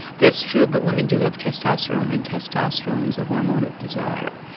that's true, but women do have testosterone, and testosterone is the hormone of desire,